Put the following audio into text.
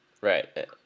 Right